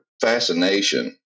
fascination